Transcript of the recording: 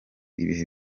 ibihe